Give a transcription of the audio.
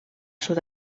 sud